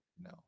No